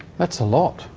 that's a lot.